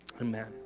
Amen